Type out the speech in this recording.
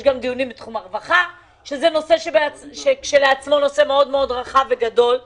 יש דיונים בתחום הרווחה שזה נושא מאוד רחב וגדול כשלעצמו,